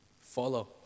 follow